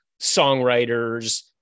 songwriters